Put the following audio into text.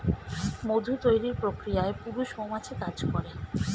মধু তৈরির প্রক্রিয়ায় পুরুষ মৌমাছি কাজ করে